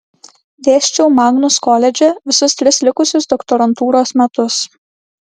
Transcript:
dėsčiau magnus koledže visus tris likusius doktorantūros metus